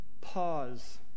pause